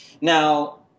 Now